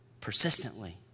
persistently